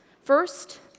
First